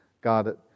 God